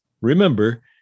Remember